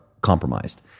compromised